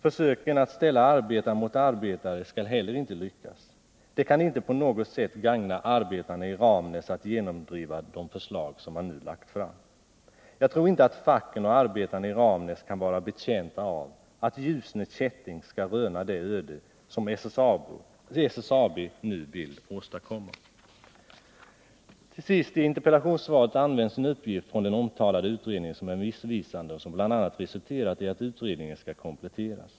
Försöken att ställa arbetare mot arbetare skall heller inte lyckas. Det kan inte på något sätt gagna arbetarna i Ramnäs att genomdriva de förslag som man nu lagt fram. Jag tror inte att facken och arbetarna i Ramnäs kan vara betjänta av att Ljusne Kätting skall röna det öde som SSAB nu vill åstadkomma. Till sist: i interpellationssvaret används en uppgift från den omtalade utredningen, som är missvisande och som bl.a. resulterat i att utredningen skall kompletteras.